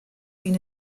been